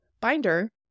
binder